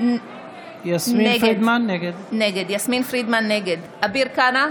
נגד אביר קארה,